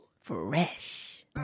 Fresh